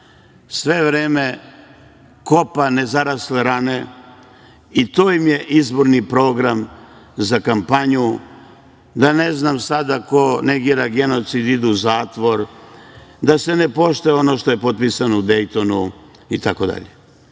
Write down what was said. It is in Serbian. sve vreme kopa nezarasle rane i to im je izborni program za kampanju, da ne znam sada ko negira genocid da ide u zatvor, da se ne poštuje ono što je potpisano u Dejtonu itd.